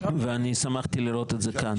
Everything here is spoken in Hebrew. אני שמחתי לראות את זה כאן.